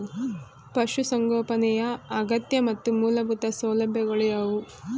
ಪಶುಸಂಗೋಪನೆಯ ಅಗತ್ಯ ಮತ್ತು ಮೂಲಭೂತ ಸೌಲಭ್ಯಗಳು ಯಾವುವು?